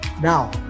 Now